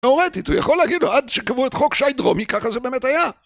תאורטית, הוא יכול להגיד לו, עד שקבעו את חוק שי דרומי, ככה זה באמת היה.